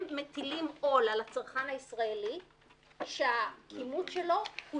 אאפשר לך, כמובן, איך